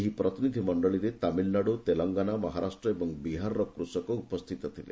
ଏହି ପ୍ରତିନିଧି ମଣ୍ଡଳୀରେ ତାମିଲନାଡୁ ତେଲଙ୍ଗାନା ମହାରାଷ୍ଟ୍ର ଏବଂ ବିହାରର କୃଷକ ଉପସ୍ଥିତ ଥିଲେ